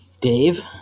Dave